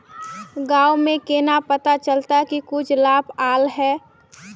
गाँव में केना पता चलता की कुछ लाभ आल है?